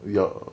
ya